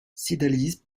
cydalise